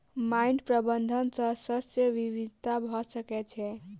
माइट प्रबंधन सॅ शस्य विविधता भ सकै छै